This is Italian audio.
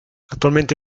attualmente